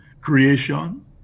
creation